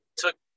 took